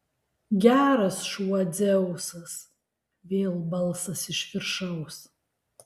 geras šuo dzeusas vėl balsas iš viršaus